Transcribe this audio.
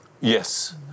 Yes